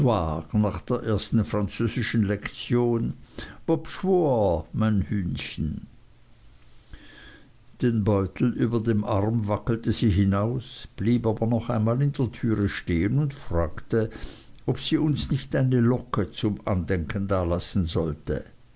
nach der ersten französischen lektion bob schwor meine hühnchen den beutel über dem arm wackelte sie hinaus blieb aber noch einmal in der türe stehen und fragte ob sie uns nicht eine locke zum andenken da lassen sollte